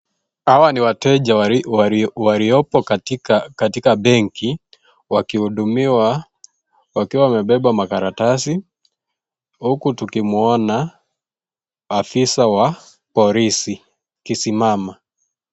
Hawa ni wateja wariopo katika benki wakihudumiwa wakiwa wamebeba makaratasi huku tukimuona, afisa wa porisi akisimama.